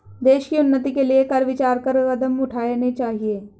देश की उन्नति के लिए कर विचार कर कदम उठाने चाहिए